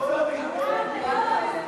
בוועדה לזכויות הילד.